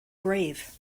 grave